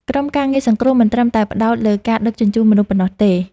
ក្រុមការងារសង្គ្រោះមិនត្រឹមតែផ្ដោតលើការដឹកជញ្ជូនមនុស្សប៉ុណ្ណោះទេ។